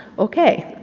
okay!